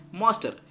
master